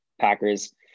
Packers